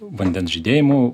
vandens žydėjimų